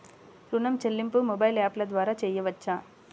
ఋణం చెల్లింపు మొబైల్ యాప్ల ద్వార చేయవచ్చా?